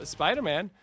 Spider-Man